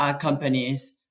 companies